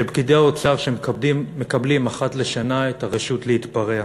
כשפקידי האוצר מקבלים אחת לשנה את הרשות להתפרע,